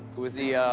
was the,